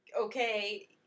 okay